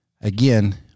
again